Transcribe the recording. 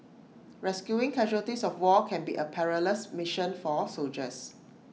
rescuing casualties of war can be A perilous mission for soldiers